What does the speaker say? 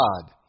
God